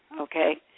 okay